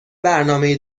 برنامهای